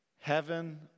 heaven